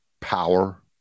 power